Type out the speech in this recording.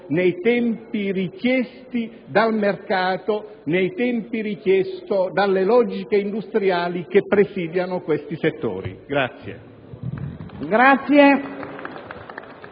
nei tempi richiesti dal mercato, nei tempi richiesti dalle logiche industriali che presidiano questi settori.